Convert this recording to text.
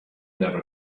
never